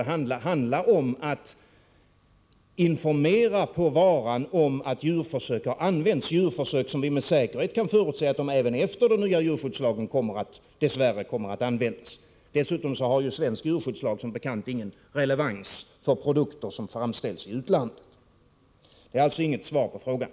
Det handlar om att på varan informera om att djurförsök har använts, djurförsök som även efter den nya djurskyddslagen med säkerhet dess värre kommer att företas. Dessutom har svensk djurskyddslag som bekant ingen relevans för produkter som framställs i utlandet. Det är alltså inget svar på frågan.